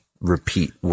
repeat